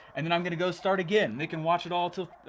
and then i'm gonna go start again. they can watch it all til